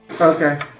Okay